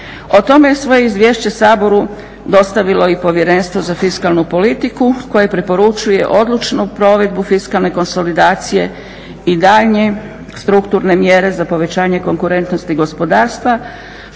O tome je svoje izvješće Saboru dostavilo i Povjerenstvo za fiskalnu politiku koje preporučuje odlučnu provedbu fiskalne konsolidacije i daljnje strukturne mjere za povećanje konkurentnosti gospodarstva